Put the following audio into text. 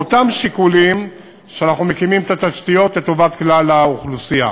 מאותם שיקולים שאנחנו מקימים את התשתיות לטובת כלל האוכלוסייה.